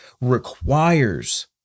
requires